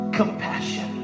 compassion